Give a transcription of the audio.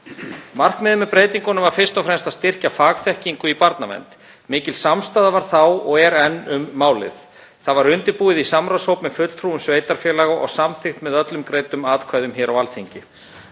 Markmiðið með breytingunum var fyrst og fremst að styrkja fagþekkingu í barnavernd. Mikil samstaða var þá og er enn um málið. Það var undirbúið í samráðshópi með fulltrúum sveitarfélaga og samþykkt með öllum greiddum atkvæðum á Alþingi.